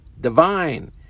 divine